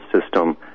system